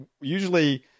usually